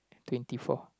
twenty four